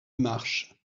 marche